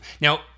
Now